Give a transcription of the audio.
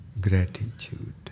gratitude